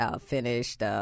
finished